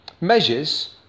Measures